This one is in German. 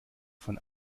von